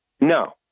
No